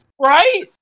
Right